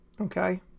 Okay